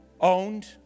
owned